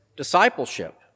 discipleship